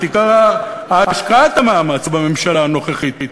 עיקר השקעת המאמץ בממשלה הנוכחית.